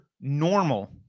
normal